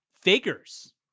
figures